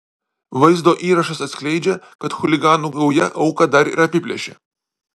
vaizdo įrašas atskleidžia kad chuliganų gauja auką dar ir apiplėšė